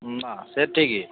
হুম সে ঠিকই